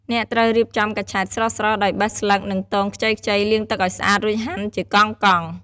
អ្នកត្រូវរៀបចំ កញ្ឆែត ស្រស់ៗ ដោយបេះស្លឹក និងទងខ្ចីៗ លាងទឹកឲ្យស្អាត រួចហាន់ជាកង់ៗ។